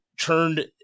turned